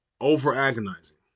over-agonizing